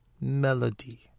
Melody